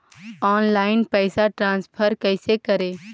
Online पैसा transfer कैसे करे?